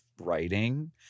writing